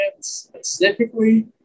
specifically